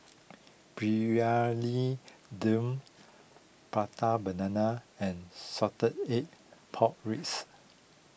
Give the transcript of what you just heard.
Briyani Dum Prata Banana and Salted Egg Pork Ribs